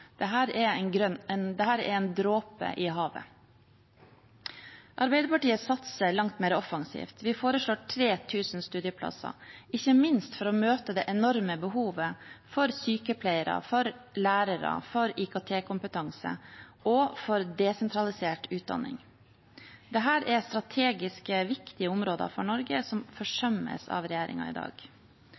er en dråpe i havet. Arbeiderpartiet satser langt mer offensivt. Vi foreslår 3 000 studieplasser, ikke minst for å møte det enorme behovet for sykepleiere, for lærere, for IKT-kompetanse og for desentralisert utdanning. Dette er strategisk viktige områder for Norge som forsømmes av regjeringen i dag.